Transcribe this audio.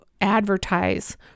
advertise